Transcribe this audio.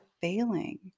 failing